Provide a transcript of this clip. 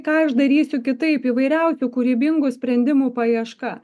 ką aš darysiu kitaip įvairiausių kūrybingų sprendimų paieška